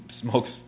smokes